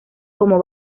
como